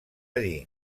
dir